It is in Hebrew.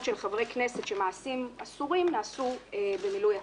של חברי הכנסת שמעשים אסורים נעשו במילוי התפקיד.